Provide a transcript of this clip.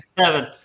seven